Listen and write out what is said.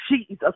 Jesus